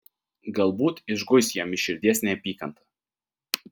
galbūt išguis jam iš širdies neapykantą